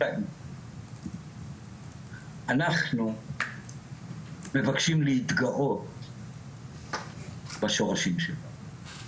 אנחנו מבקשים התגאות בשורשים שלנו.